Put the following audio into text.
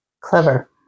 Clever